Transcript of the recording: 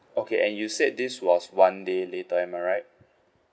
okay and you said this was one day later am I right